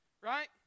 right